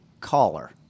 caller